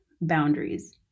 boundaries